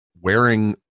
wearing